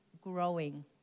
growing